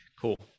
Cool